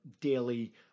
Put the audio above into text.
daily